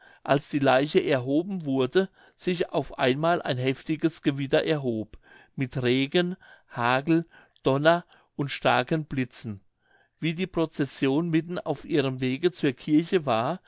als die leiche erhoben wurde sich auf einmal ein heftiges gewitter erhob mit regen hagel donner und starken blitzen wie die prozession mitten auf ihrem wege zur kirche war